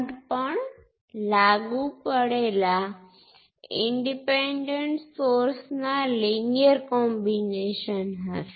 તેથી તે પોર્ટ 1 માં વહે છે અને તે સમાન બે ટર્મિનલ 1 અને 1 પ્રાઇમ ને અનુરૂપ હશે